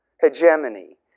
hegemony